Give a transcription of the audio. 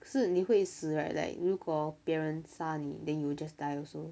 可是你会死 right like 如果别人杀你 then you will just die also